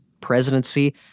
presidency